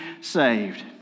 saved